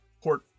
port